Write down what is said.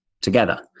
together